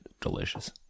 delicious